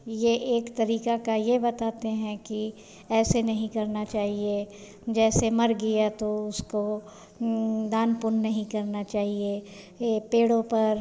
यह एक तरीक़े का यह बताते हैं कि ऐसे नहीं करना चाहिए जैसे मर गया तो उसको दान पुण्य नहीं करना चाहिए यह पेड़ों पर